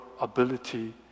ability